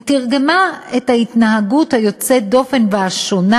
היא תרגמה את ההתנהגות יוצאת הדופן והשונה,